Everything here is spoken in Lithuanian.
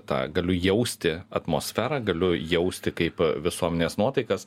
tą galiu jausti atmosferą galiu jausti kaip visuomenės nuotaikas